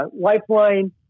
lifeline